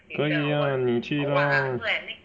可以 ah 你去 lah